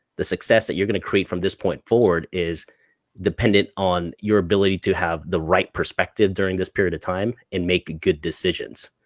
the success that you're gonna create from this point forward is dependent on your ability to have the right perspective during this period of time, and make good decisions,